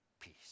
peace